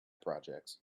projects